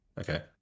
Okay